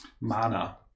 mana